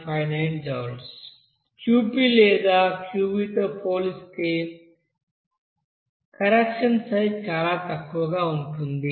Qp లేదా Qv తో పోలిస్తే కరెక్షన్ సైజ్ చాలా తక్కువగా ఉంటుంది